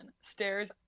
Stairs